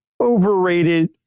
overrated